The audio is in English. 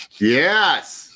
Yes